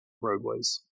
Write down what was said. roadways